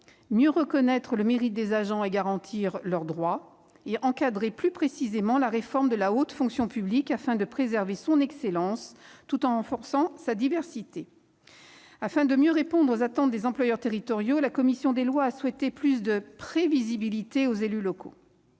mieux reconnaître le mérite des agents et garantir leurs droits ; enfin, encadrer plus précisément la réforme de la haute fonction publique, afin de garantir son excellence tout en renforçant sa diversité. Afin de mieux répondre aux attentes des employeurs territoriaux, la commission des lois a souhaité donner plus de prévisibilité aux élus locaux.